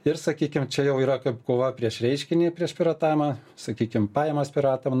ir sakykim čia jau yra kaip kova prieš reiškinį prieš piratavimą sakykim pajamas piratam